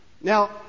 Now